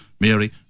Mary